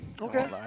Okay